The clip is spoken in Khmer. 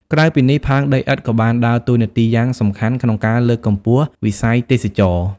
ក្រៅពីនេះ ផើងដីឥដ្ឋក៏បានដើរតួនាទីយ៉ាងសំខាន់ក្នុង ការលើកកម្ពស់វិស័យទេសចរណ៍។